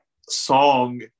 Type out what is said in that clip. song